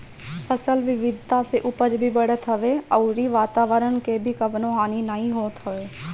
फसल विविधता से उपज भी बढ़त हवे अउरी वातवरण के भी कवनो हानि नाइ होत हवे